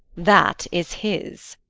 that is his.